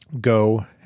go